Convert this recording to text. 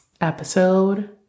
episode